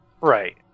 Right